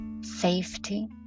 safety